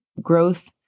growth